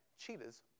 cheetahs